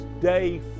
day